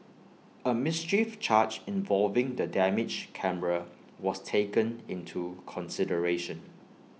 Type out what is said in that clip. A mischief charge involving the damaged camera was taken into consideration